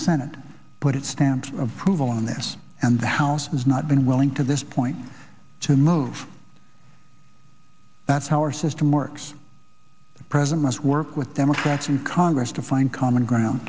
senate put its stamp of approval on this and the house has not been willing to this point to move that's how our system works the president must work with democrats in congress to find common ground